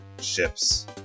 ships